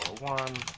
one